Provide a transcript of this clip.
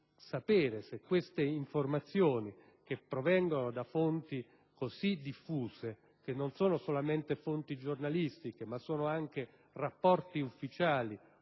sapere se queste informazioni, che provengono da fonti così diffuse - non solamente fonti giornalistiche ma anche rapporti ufficiali